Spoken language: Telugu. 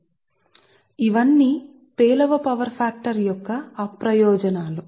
కాబట్టి ఇవన్నీ పేలవమైన పవర్ ఫ్యాక్టర్ యొక్క అప్రయోజనాలు